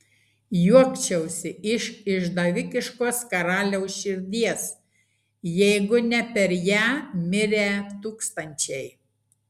juokčiausi iš išdavikiškos karaliaus širdies jeigu ne per ją mirę tūkstančiai